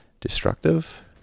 destructive